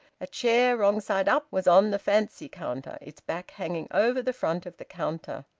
a chair wrong side up was on the fancy-counter its back hanging over the front of the counter.